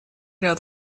ряд